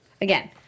Again